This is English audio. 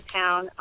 town